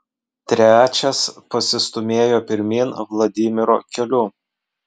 trečias pasistūmėjo pirmyn vladimiro keliu